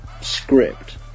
script